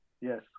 Yes